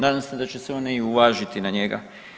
Nadam se da će se one i uvažiti na njega.